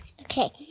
Okay